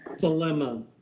dilemma